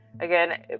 Again